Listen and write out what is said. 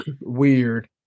Weird